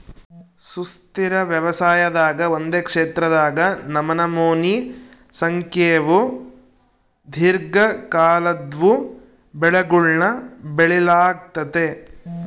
ಸುಸ್ಥಿರ ವ್ಯವಸಾಯದಾಗ ಒಂದೇ ಕ್ಷೇತ್ರದಾಗ ನಮನಮೋನಿ ಸಂಖ್ಯೇವು ದೀರ್ಘಕಾಲದ್ವು ಬೆಳೆಗುಳ್ನ ಬೆಳಿಲಾಗ್ತತೆ